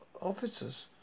officers